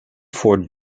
ford